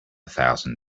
thousand